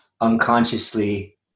unconsciously